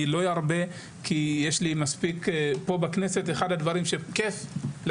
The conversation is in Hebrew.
אחד הדברים שכיף פה בכנסת,